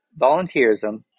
volunteerism